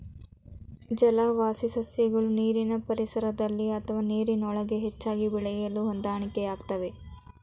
ಜಲವಾಸಿ ಸಸ್ಯಗಳು ನೀರಿನ ಪರಿಸರದಲ್ಲಿ ಅಥವಾ ನೀರಿನೊಳಗೆ ಹೆಚ್ಚಾಗಿ ಬೆಳೆಯಲು ಹೊಂದಾಣಿಕೆಯಾಗ್ತವೆ